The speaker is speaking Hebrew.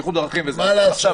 בטיחות בדרכים ו --- מה לעשות?